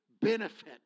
benefit